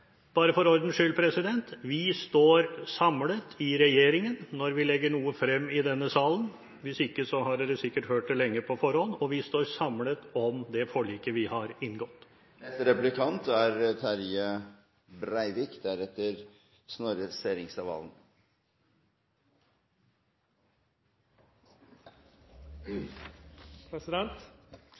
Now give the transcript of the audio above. Bare for ordens skyld: Vi i regjeringspartiene står samlet om det vi legger frem i denne salen – hvis ikke hadde dere sikkert hørt det på forhånd – og vi står samlet om det forliket vi har inngått.